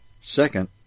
Second